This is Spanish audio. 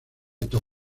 tokio